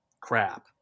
crap